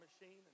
machine